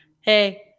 hey